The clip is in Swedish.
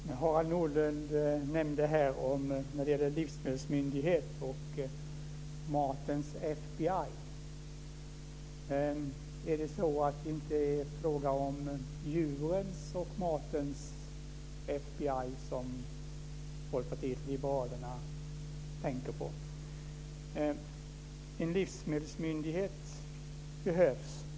Fru talman! Harald Nordlund nämnde här frågan om en livsmedelsmyndighet och matens FBI. Är det så att det inte är fråga om djurens och matens FBI som Folkpartiet liberalerna tänker på? En livsmedelsmyndighet behövs.